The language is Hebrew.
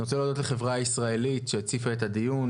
אני רוצה להודות לחברה הישראלית שהציפה את הדיון,